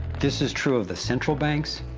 this is true of the central banks,